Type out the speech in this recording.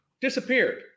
disappeared